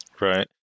Right